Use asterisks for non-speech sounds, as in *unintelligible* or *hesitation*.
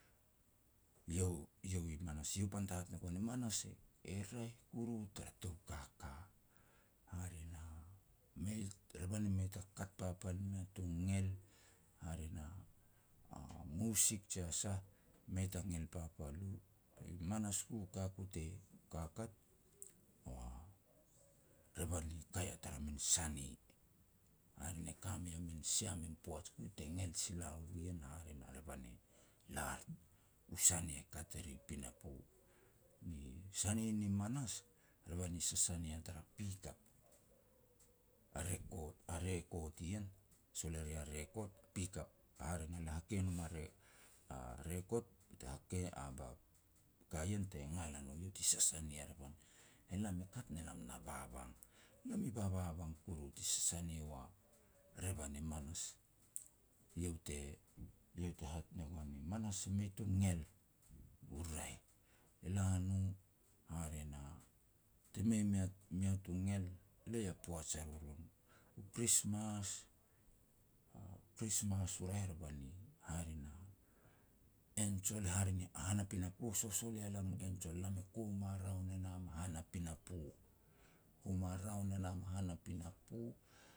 Iau i manas, iau pan te hat ne goan, i manas e raeh kuru tara tou kaka. Hare na *hesitation* revan mei ta kat papal mea tu ngel. Hare na, a musik jia sah mei ta ngel papal u. Manas ku, ka ku te kakat, a revan i kaia tara min sani. Hare ne ka mei a min sia min poaj ku te ngel sila u ien hare na revan e lar, u sani e kat e ri pinapo. Ni sani ni manas, revan i sasani ya tara pickup, a record-a record ien, sol e ria record pickup. Hare ne le hakei e nom *hesitation* a record, bete hakei *unintelligible* ba ka ien te ngal a no, iau ti sasani ya revan. Elam i kat ne lam na babang. Lam i bababang kuru ti sasani u a revan i manas. Iau te-iau te hat ne goan i manas e mei tu ngel, u raeh. E la no, hare na, ti mei mea-mea tu ngel lei a poaj a roron. U Krismas, *hesitation* u Krismas u raeh, revan i, hare na, angel, hare na han a pinapo sosol ia lam u angel, lam kuma raun e nam a han a pinapo. Koma raun e nam a han a pinapo